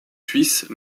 suisse